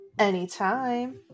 Anytime